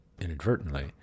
inadvertently